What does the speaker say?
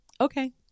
okay